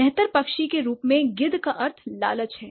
मेहतर पक्षी के रूप में गिद्ध का अर्थ लालच है